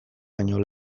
baino